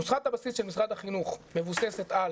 נוסחת הבסיס של משרד החינוך מבוססת על